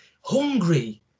hungry